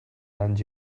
land